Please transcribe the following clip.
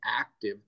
active